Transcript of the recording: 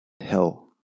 hell